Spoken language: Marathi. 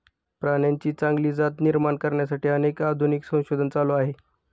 प्राण्यांची चांगली जात निर्माण करण्यासाठी अनेक आधुनिक संशोधन चालू आहे